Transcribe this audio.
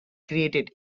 created